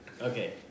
okay